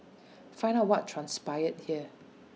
find out what transpired here